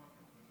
ההצעה להעביר את